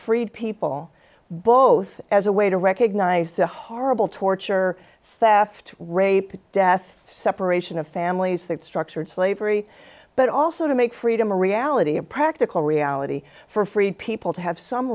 freed people both as a way to recognize the horrible torture theft rape death separation of families that structured slavery but also to make freedom a reality a practical reality for freed people to have some